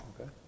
Okay